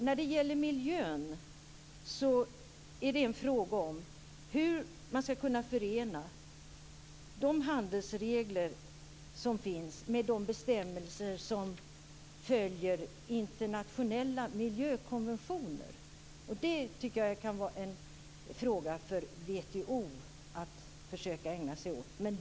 När det gäller miljön är det fråga om hur man skall kunna förena de handelsregler som finns med de bestämmelser som följer internationella miljökonventioner. Det tycker jag kan vara en fråga för WTO att försöka ägna sig åt.